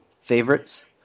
favorites